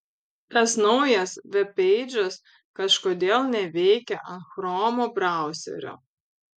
tas naujas vebpeidžas kažkodėl neveikia ant chromo brausesio